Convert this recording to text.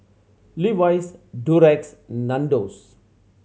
Levi's Durex Nandos